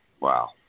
Wow